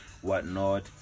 whatnot